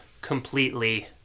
completely